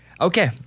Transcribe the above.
Okay